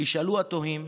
ישאלו התוהים: